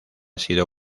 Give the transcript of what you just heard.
sido